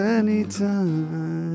anytime